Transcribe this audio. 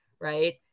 right